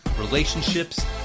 relationships